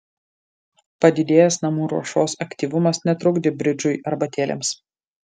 padidėjęs namų ruošos aktyvumas netrukdė bridžui arbatėlėms